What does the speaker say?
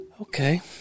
Okay